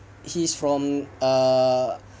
he's from uh